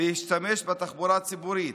להשתמש בתחבורה ציבורית,